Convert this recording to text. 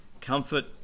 comfort